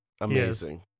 Amazing